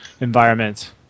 environment